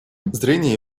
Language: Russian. зрение